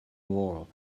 wall